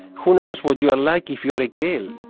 who knows what you are like if you are a girl?